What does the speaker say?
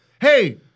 Hey